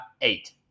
eight